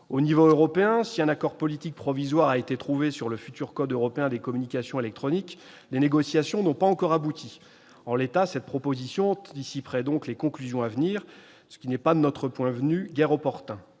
l'échelon européen, si un accord politique provisoire a été trouvé sur le futur code européen des communications électroniques, les négociations n'ont pas encore abouti. En l'état, l'adoption de cette proposition de loi anticiperait donc les conclusions à venir, ce qui n'est, de notre point de vue, guère opportun.